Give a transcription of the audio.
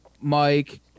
Mike